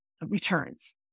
returns